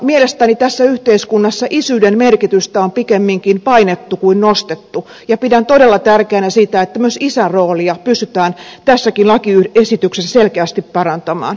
mielestäni tässä yhteiskunnassa isyyden merkitystä on pikemminkin painettu kuin nostettu ja pidän todella tärkeänä sitä että myös isän roolia pystytään tässäkin lakiesityksessä selkeästi parantamaan